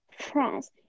France